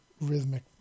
rhythmic